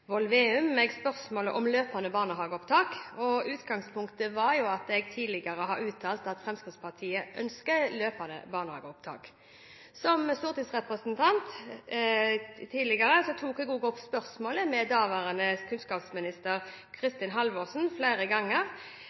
tidligere har uttalt at Fremskrittspartiet ønsker løpende barnehageopptak. Som stortingsrepresentant tidligere tok jeg flere ganger opp spørsmålet med daværende kunnskapsminister Kristin